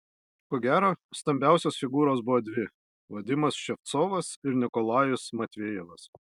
ko gero stambiausios figūros buvo dvi vadimas ševcovas ir nikolajus matvejevas